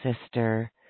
sister